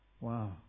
Wow